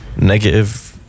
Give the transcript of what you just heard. negative